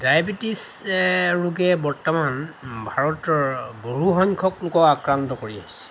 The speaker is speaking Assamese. ডায়েবেটিছ ৰোগে বৰ্তমান ভাৰতৰ বহু সংখ্যক লোকক আক্ৰান্ত কৰি আহিছে